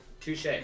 Touche